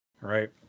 right